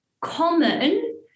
common